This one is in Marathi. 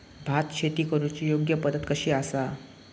भात शेती करुची योग्य पद्धत कशी आसा?